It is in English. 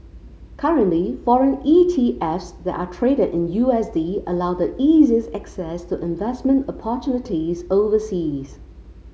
currently foreign E T Fs that are traded in U S D allow the easiest access to investment opportunities overseas